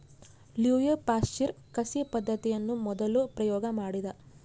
Louis Pasteur ಕಸಿ ಪದ್ದತಿಯನ್ನು ಮೊದಲು ಪ್ರಯೋಗ ಮಾಡಿದ